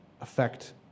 affect